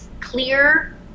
clear